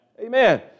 Amen